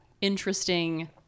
interesting